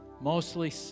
mostly